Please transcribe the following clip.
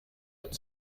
hat